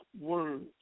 words